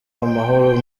amahoro